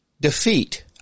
defeat